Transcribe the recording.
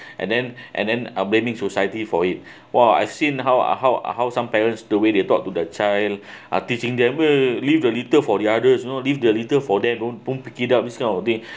and then and then uh blaming society for it !wah! I seen how uh how uh how some parents the way they talk to the child uh teaching them uh leave the litter for the others you know leave the litter for them don't don't pick it up this kind of thing